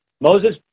Moses